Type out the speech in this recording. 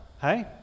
hey